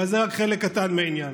אבל זה רק חלק קטן מהעניין.